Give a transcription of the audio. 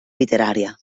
literària